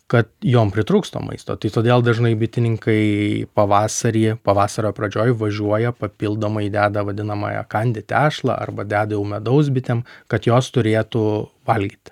kad jom pritrūks to maisto tai todėl dažnai bitininkai pavasarį pavasario pradžioj važiuoja papildomai deda vadinamąją kandi tešlą arba deda jau medaus bitėm kad jos turėtų valgyti